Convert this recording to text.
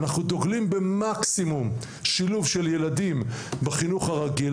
אנחנו דוגלים במקסימום שילוב של ילדים בחינוך הרגיל,